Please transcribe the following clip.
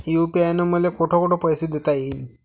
UPI न मले कोठ कोठ पैसे देता येईन?